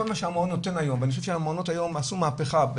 אני חושב שהמעונות היום עשו מהפכה,